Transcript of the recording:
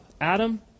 Adam